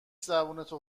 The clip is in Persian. زبونتو